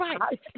right